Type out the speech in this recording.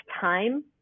time